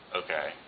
okay